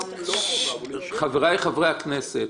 חבריי חברי הכנסת.